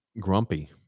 Grumpy